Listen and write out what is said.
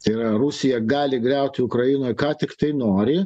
tai yra rusija gali griauti ukrainą ką tiktai nori